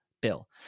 bill